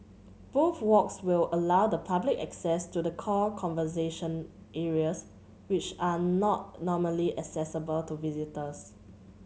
both walks will allow the public access to the core conservation areas which are not normally accessible to visitors